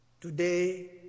Today